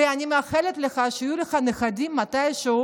ואני מאחלת לך שיהיו לך נכדים מתישהו,